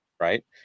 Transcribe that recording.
right